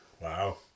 Wow